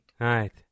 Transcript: Right